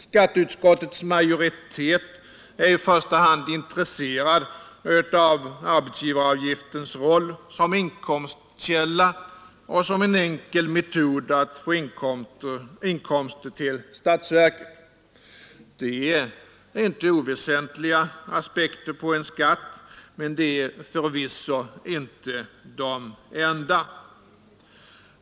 Skatteutskottets majoritet är i första hand intresserad av arbetsgivaravgiftens roll som inkomstkälla och som en enkel metod att få inkomster till statsverket. Det är inte oväsentliga aspekter på en skatt, men det är förvisso inte de enda.